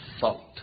fault